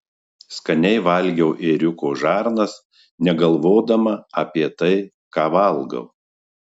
skaniai valgiau ėriuko žarnas negalvodama apie tai ką valgau